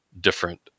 different